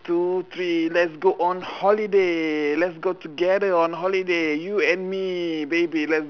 two three let's go on holiday let's go together on holiday you and me baby let's